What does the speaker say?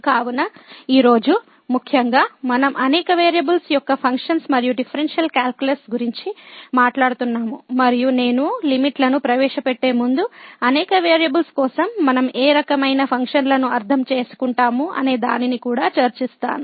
కావున ఈ రోజు ముఖ్యంగా మనం అనేక వేరియబుల్స్ యొక్క ఫంక్షన్స్ మరియు డిఫరెన్షియల్ కాలిక్యులస్ గురించి మాట్లాడుతున్నాము మరియు నేను లిమిట్ లను ప్రవేశపెట్టే ముందు అనేక వేరియబుల్స్ కోసం మనం ఏ రకమైన ఫంక్షన్లను అర్థం చేసుకుంటాము అనే దానిని కూడా చర్చిస్తాను